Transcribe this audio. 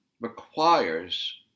requires